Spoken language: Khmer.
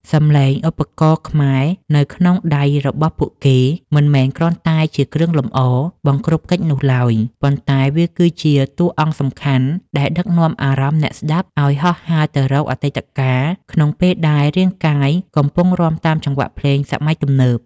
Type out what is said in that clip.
សំឡេងឧបករណ៍ខ្មែរនៅក្នុងដៃរបស់ពួកគេ មិនមែនគ្រាន់តែជាគ្រឿងលម្អបង្គ្រប់កិច្ចនោះឡើយ ប៉ុន្តែវាគឺជាតួអង្គសំខាន់ដែលដឹកនាំអារម្មណ៍អ្នកស្តាប់ឱ្យហោះហើរទៅរកអតីតកាល ក្នុងពេលដែលរាងកាយកំពុងរាំតាមចង្វាក់ភ្លេងសម័យទំនើប។